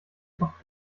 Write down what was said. kopf